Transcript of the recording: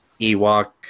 Ewok